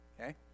Okay